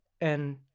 and-